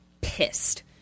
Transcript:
pissed